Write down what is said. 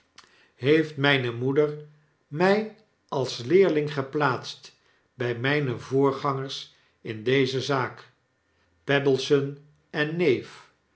heeft mijne moeder mij als leerling geplaatst by myne voorgangers in'deze zaak pebbleson en neef